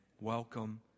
welcome